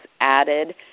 added